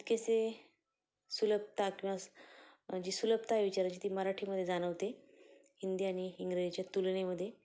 इतकेसे सुलभता किंवा जी सुलभता आहे विचाराची ती मराठीमध्ये जाणवते हिंदी आणि इंग्रजीच्या तुलनेमध्ये